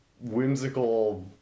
whimsical